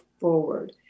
Forward